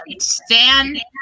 stand